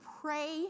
pray